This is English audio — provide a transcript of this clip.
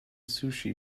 sushi